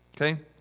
okay